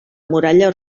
muralla